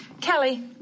Kelly